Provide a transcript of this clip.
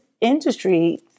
industry